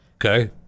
Okay